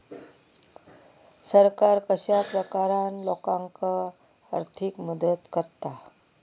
सरकार कश्या प्रकारान लोकांक आर्थिक मदत करता?